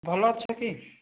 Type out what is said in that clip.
ଭଲ ଅଛ କି